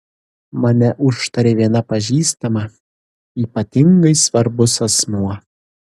mane užtarė viena pažįstama ypatingai svarbus asmuo